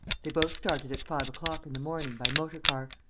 they both started at five o'clock in the morning, by motor-car.